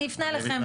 אני אפנה אליכם.